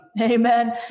Amen